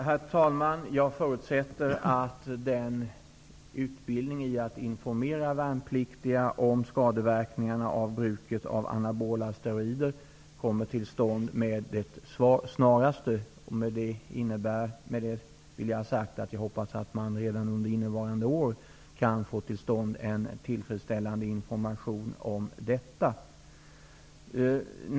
Herr talman! Jag förutsätter att den utbildning i att informera värnpliktiga om skadeverkningarna av bruket av anabola steroider kommer till stånd med det snaraste. Med detta vill jag ha sagt att jag hoppas att man redan under innevarande kan få till stånd en tillfredsställande information om detta.